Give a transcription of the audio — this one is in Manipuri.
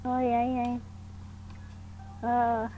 ꯍꯣꯏ ꯌꯥꯏ ꯌꯥꯏ ꯑꯥ ꯑꯥ ꯑꯥ